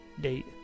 date